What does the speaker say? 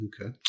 Okay